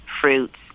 fruits